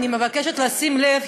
אני מבקשת לשים לב,